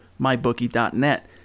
MyBookie.net